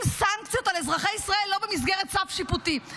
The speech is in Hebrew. סנקציות על אזרחי ישראל לא במסגרת צו שיפוטי.